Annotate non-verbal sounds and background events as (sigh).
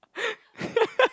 (laughs)